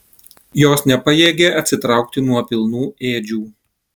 jos nepajėgė atsitraukti nuo pilnų ėdžių